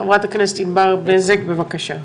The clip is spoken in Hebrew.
חבר הכנסת ענבר בזק, בבקשה,